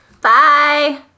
Bye